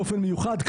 באופן מיוחד,